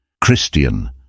Christian